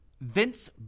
vince